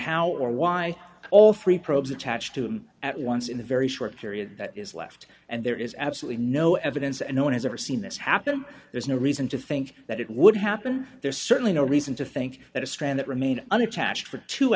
how or why all three probes attached to him at once in a very short period that is left and there is absolutely no evidence and no one has ever seen this happen there's no reason to think that it would happen there's certainly no reason to think that a strand that remained unattached for two